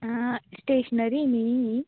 आं स्टेशनरी न्ही ही